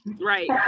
right